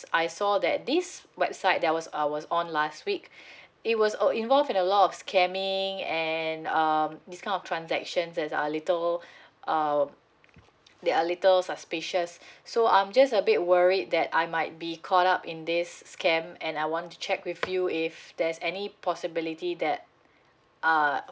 I saw that this website that I was was on last week it was err involved in a lot of scamming and um this kind of transactions as a little ah they are little suspicious so I'm just a bit worried that I might be caught up in this scam and I want to check with you if there's any possibility that err